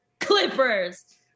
Clippers